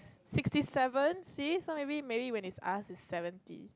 sixty seven see so maybe maybe when it's us it's seventy